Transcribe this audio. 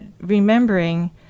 remembering